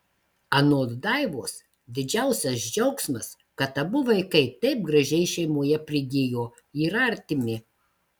anot daivos didžiausias džiaugsmas kad abu vaikai taip gražiai šeimoje prigijo yra artimi